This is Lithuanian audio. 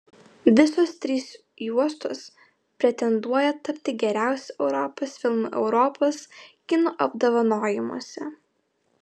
visos trys juostos pretenduoja tapti geriausiu europos filmu europos kino apdovanojimuose